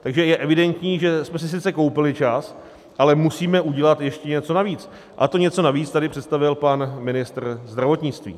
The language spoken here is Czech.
Takže je evidentní, že jsme si sice koupili čas, ale musíme udělat ještě něco navíc, a to něco navíc tady představil pan ministr zdravotnictví.